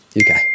Okay